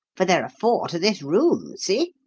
for there are four to this room see!